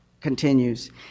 continues